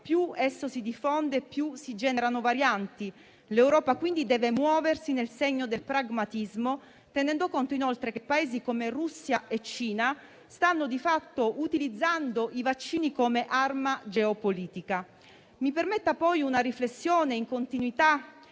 più esso si diffonde, più si generano varianti. L'Europa quindi deve muoversi nel segno del pragmatismo, tenendo conto inoltre che Paesi come Russia e Cina stanno di fatto utilizzando i vaccini come arma geopolitica. Mi permetta poi una riflessione in continuità